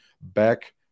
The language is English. back